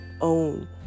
own